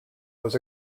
was